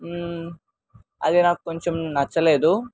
అది నాకు కొంచెం నచ్చలేదు